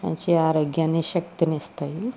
మంచి ఆరోగ్యాన్ని శక్తిని ఇస్తాయి